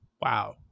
Wow